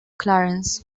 clarence